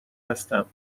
هستم